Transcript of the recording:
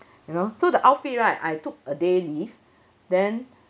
you know so the outfit right I took a day leave then